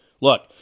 Look